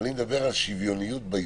אני מדבר על שוויוניות בהזדמנות,